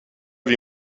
wie